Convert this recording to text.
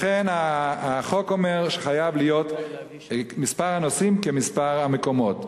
לכן החוק אומר שמספר הנוסעים חייב להיות כמספר המקומות.